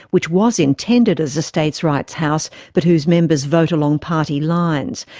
which was intended as a states' rights house but whose members vote along party lines.